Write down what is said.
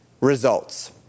results